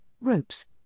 ropes